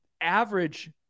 Average